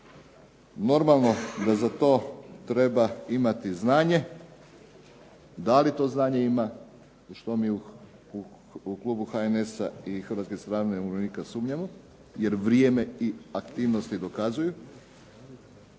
Normalno da za to treba imati znanje. Da li to znanje ima što mi u klubu HNS-a i Hrvatske stranke umirovljenika sumnjamo jer vrijeme i aktivnosti dokazuju.